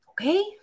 Okay